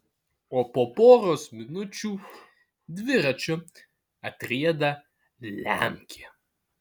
o po poros minučių dviračiu atrieda lemkė